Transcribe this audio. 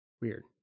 Weird